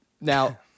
Now